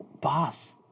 boss